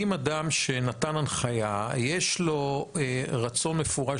האם אדם שנתן הנחיה יש לו רצון מפורש